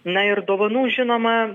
na ir dovanų žinoma